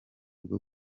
bwo